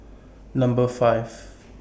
Number five